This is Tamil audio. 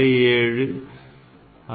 67 66